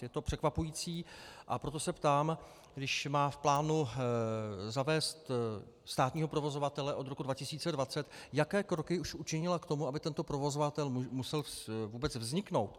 Je to překvapující, a proto se ptám, když má v plánu zavést státního provozovatele od roku 2020, jaké kroky už učinila k tomu, aby tento provozovatel musel vůbec vzniknout.